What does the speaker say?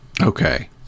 Okay